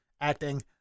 acting